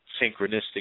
synchronistic